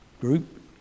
group